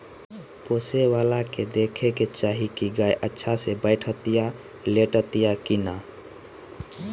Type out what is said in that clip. पोसेवला के देखे के चाही की गाय अच्छा से बैठतिया, लेटतिया कि ना